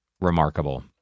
remarkable